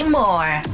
more